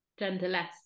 genderless